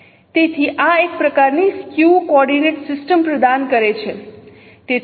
તેથી આ એક પ્રકારની સ્કીવ કોઓર્ડિનેટ સિસ્ટમ પ્રદાન કરે છે